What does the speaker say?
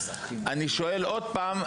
אני שואל עוד פעם,